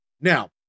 now